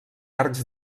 arcs